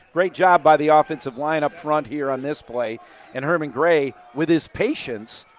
great job by the offensive line up front here on this play and herman gray with his patience,